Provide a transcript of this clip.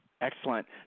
Excellent